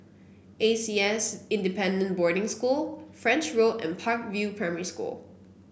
A C S Independent Boarding School French Road and Park View Primary School